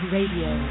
Radio